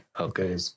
okay